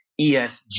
ESG